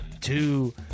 two